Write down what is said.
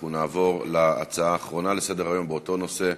אנחנו נעבור להצעה האחרונה לסדר-היום באותו נושא: